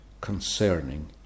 concerning